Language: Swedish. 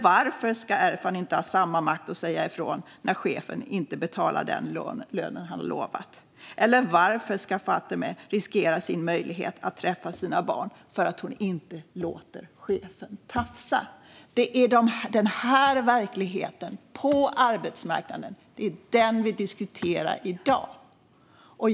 Varför ska Erfan inte ha samma makt att säga ifrån när chefen inte betalar den lön han lovat? Varför ska Fatemeh riskera sin möjlighet att träffa sina barn för att hon inte låter chefen tafsa? Det är den här verkligheten på arbetsmarknaden vi diskuterar i dag.